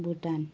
Bhutan